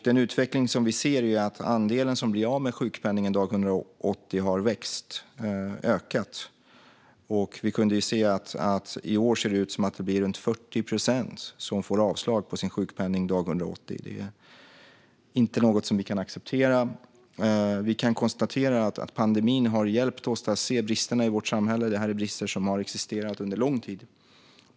Den utveckling som vi ser är att andelen som blir av med sjukpenningen dag 180 har ökat. Vi kunde se att det i år ser ut att bli runt 40 procent som får avslag på sin sjukpenning dag 180. Det är inte något som vi kan acceptera. Vi kan konstatera att pandemin har hjälpt oss att se bristerna i vårt samhälle. Det här är brister som har existerat under lång tid.